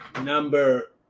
number